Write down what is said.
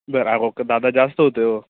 बरं आहो का दादा जास्त होत आहे अहो